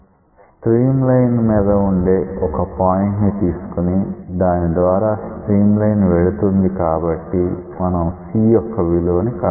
stream line మీద వుండే ఒక పాయింట్ తీసుకుని దాని ద్వారా స్ట్రీమ్ లైన్ వెళ్తుంది కాబట్టి మనం c యొక్క విలువను కనుక్కుంటాం